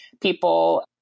people